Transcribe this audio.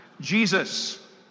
Jesus